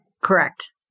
Correct